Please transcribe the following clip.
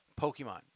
Pokemon